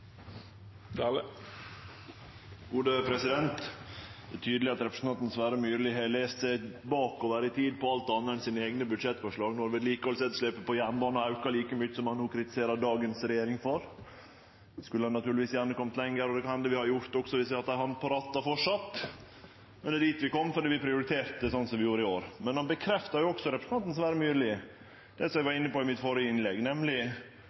er tydeleg at representanten Sverre Myrli har lese seg bakover i tid på alt anna enn sine eigne budsjettforslag, når vedlikehaldsetterslepet på jernbane aukar like mykje som han no kritiserer dagens regjering for. Vi skulle naturlegvis gjerne ha kome lenger, og det kan det hende vi hadde gjort også om vi hadde hatt ei hand på rattet framleis, men det er dit vi kom fordi vi prioriterte sånn som vi gjorde i år. Representanten Sverre Myrli bekrefta òg det eg var inne på i mitt førre innlegg, nemleg